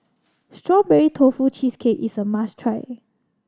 Strawberry Tofu Cheesecake is a must try